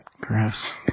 Grass